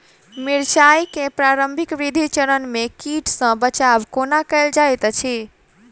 मिर्चाय केँ प्रारंभिक वृद्धि चरण मे कीट सँ बचाब कोना कैल जाइत अछि?